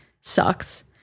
sucks